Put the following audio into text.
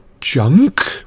Junk